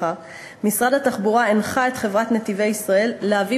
משרד התחבורה הנחה את חברת "נתיבי ישראל" להביא